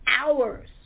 hours